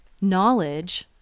knowledge